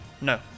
No